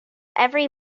every